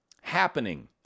happening